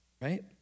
Right